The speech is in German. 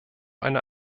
eine